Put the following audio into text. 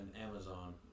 Amazon